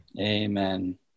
Amen